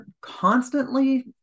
constantly